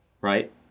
Right